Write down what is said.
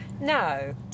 No